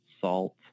salt